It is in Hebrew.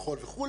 מחול וכו',